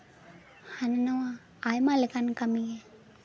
ᱦᱟᱱᱟ ᱱᱟᱣᱟ ᱟᱭᱢᱟ ᱞᱮᱠᱟᱱ ᱠᱟᱹᱢᱤ ᱜᱮ